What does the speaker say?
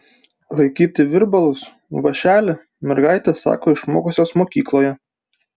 laikyti virbalus vąšelį mergaitės sako išmokusios mokykloje